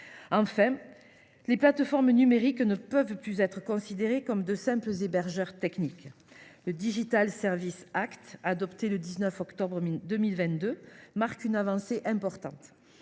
Les plateformes numériques ne peuvent plus être considérées comme de simples hébergeurs techniques. À cet égard, le DSA, adopté le 19 octobre 2022, marque une avancée importante.